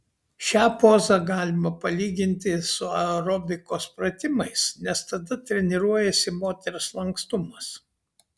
šią pozą galima palyginti su aerobikos pratimais nes tada treniruojasi moters lankstumas